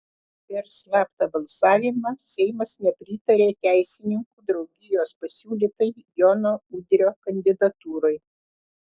per slaptą balsavimą seimas nepritarė teisininkų draugijos pasiūlytai jono udrio kandidatūrai